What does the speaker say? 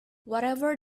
whatever